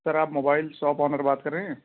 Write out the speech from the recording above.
سر آپ mobile shop owner بات کر رہے ہیں